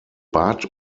bad